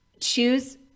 choose